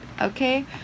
okay